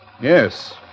Yes